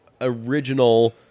original